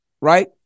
right